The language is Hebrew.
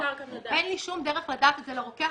אין לי שום דרך לדעת את זה, לרוקח